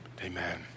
amen